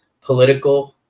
political